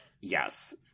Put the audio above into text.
yes